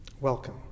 Welcome